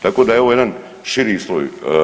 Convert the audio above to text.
Tako da je ovo jedan širi sloj.